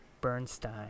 Bernstein